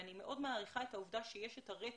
אני מאוד מעריכה את העובדה שיש את הרצף,